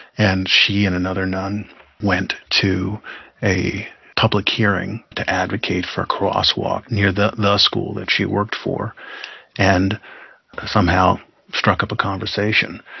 and she and another nun went to a public hearing to advocate for a crosswalk near the the school that she worked for and somehow struck up a conversation.